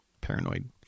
paranoid